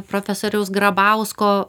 profesoriaus grabausko